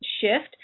shift